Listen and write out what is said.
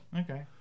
Okay